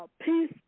peace